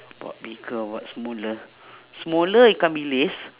what bigger what smaller smaller ikan-bilis